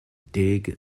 dig